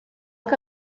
que